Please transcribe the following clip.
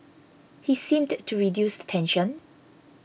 he seemed to reduce the tension